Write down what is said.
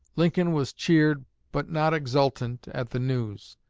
lincoln was cheered but not exultant at the news.